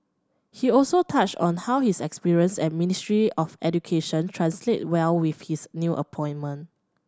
he also touched on how his experience at Ministry of Education translate well with his new appointment